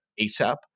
ASAP